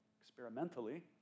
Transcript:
Experimentally